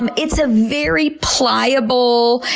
um it's a very pliable,